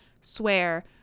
swear